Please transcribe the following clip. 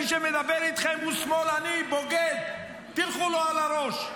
מי שמדבר אתכם הוא שמאלני בוגד, תלכו לו על הראש.